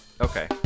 Okay